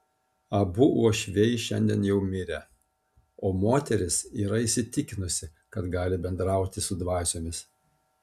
abu uošviai šiandien jau mirę o moteris yra įsitikinusi kad gali bendrauti su dvasiomis